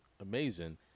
amazing